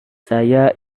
saya